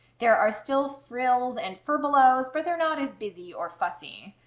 there are still frills and furbelows but they're not as busy or fussy.